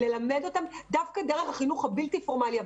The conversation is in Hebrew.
ללמד אותם דווקא דרך החינוך הבלתי פורמלי.